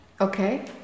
Okay